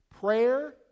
Prayer